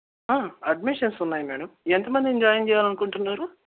admissions ఉన్నాయి madam ఎంతమందిని join చెయ్యాలనుకుంటున్నారు